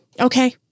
Okay